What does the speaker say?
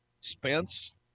Spence